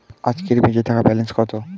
আজকের বেচে থাকা ব্যালেন্স কত?